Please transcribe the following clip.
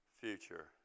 future